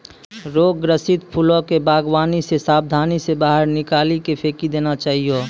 रोग ग्रसित फूलो के वागवानी से साबधानी से बाहर निकाली के फेकी देना चाहियो